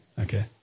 Okay